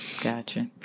Gotcha